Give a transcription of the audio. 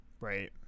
right